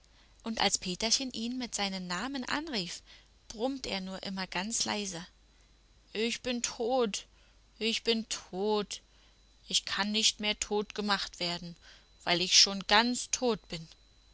und als peterchen ihn mit seinem namen anrief brummt er nur immer ganz leise ich bin tot ich bin ganz tot ich kann nicht mehr tot gemacht werden weil ich schon ganz tot bin